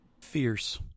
Fierce